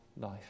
life